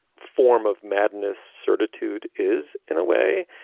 form of madness certitude is in a way.